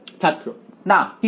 ছাত্র না কিন্তু